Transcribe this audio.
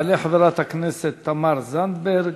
תעלה חברת הכנסת תמר זנדברג,